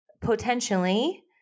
potentially